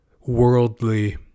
worldly